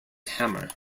hammer